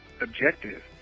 objective